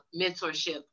mentorship